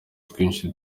twinshi